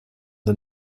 the